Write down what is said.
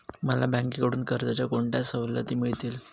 मला बँकेकडून कर्जाच्या कोणत्या सवलती मिळतील?